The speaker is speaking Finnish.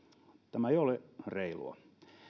tämä ei ole reilua